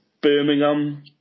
Birmingham